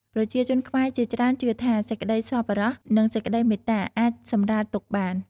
ប្រជាជនខ្មែរជាច្រើនជឿថា សេចក្តីសប្បុរស និងសេចក្តីមេត្តា អាចសម្រាលទុក្ខបាន។